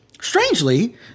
Strangely